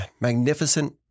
magnificent